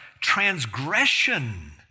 transgression